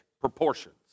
proportions